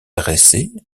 dressées